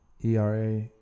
ERA